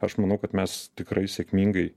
aš manau kad mes tikrai sėkmingai